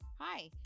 Hi